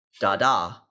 Dada